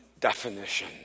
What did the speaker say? definition